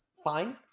fine